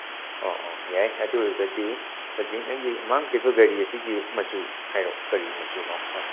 ꯑꯣ ꯑꯣ ꯌꯥꯏ ꯑꯗꯨ ꯑꯣꯏꯔꯗꯤ ꯍꯧꯖꯤꯛ ꯅꯪꯒꯤ ꯃꯥꯡꯈ꯭ꯔꯤꯕ ꯒꯥꯔꯤ ꯑꯁꯤꯒꯤ ꯃꯆꯨ ꯍꯥꯏꯔꯛꯑꯣ ꯀꯔꯤ ꯃꯆꯨꯅꯣ ꯍꯥꯏꯔꯛꯑꯣ